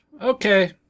okay